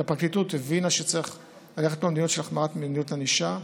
כי הפרקליטות הבינה שצריך לקחת את המדיניות של החמרת מדיניות הענישה.